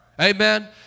Amen